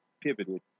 pivoted